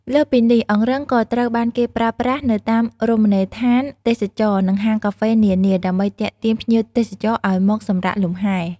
លើសពីនេះ អង្រឹងក៏ត្រូវបានគេប្រើប្រាស់នៅតាមរមណីយដ្ឋានទេសចរណ៍ និងហាងកាហ្វេនានា ដើម្បីទាក់ទាញភ្ញៀវទេសចរឱ្យមកសម្រាកលំហែ។